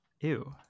ew